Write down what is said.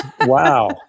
Wow